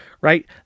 right